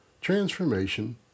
transformation